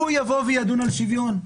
הוא יבוא וידון על שוויון?